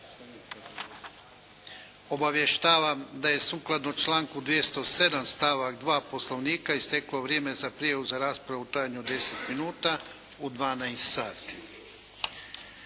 Obavještavam da je sukladno članku 207. stavak 2. Poslovnika isteklo vrijeme za prijavu za raspravu u trajanju od 10 minuta u 12 sati.